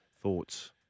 Thoughts